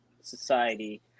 society